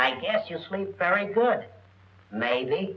i guess your sleep very good maybe